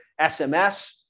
SMS